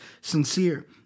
sincere